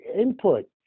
input